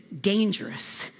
dangerous